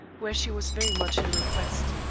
where she was very much in request.